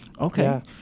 Okay